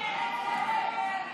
חברי הכנסת,